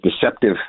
deceptive